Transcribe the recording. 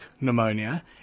pneumonia